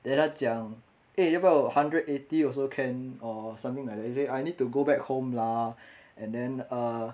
then 他讲 eh 要不要 hundred eighty also can or something like that he say I need to go back home lah and then err